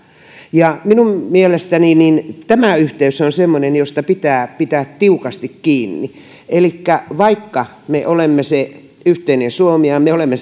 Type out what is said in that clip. minun mielestäni tämä yhteys on semmoinen josta pitää pitää tiukasti kiinni elikkä vaikka me olemme se yhteinen suomi ja me olemme